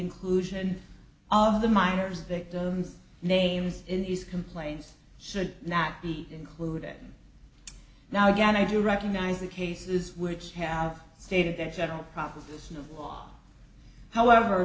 inclusion of the minors victims names in these complaints should not be included now again i do recognize the cases which have stated their general proposition of law however